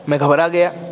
میں گھبرا گیا